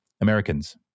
Americans